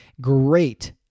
great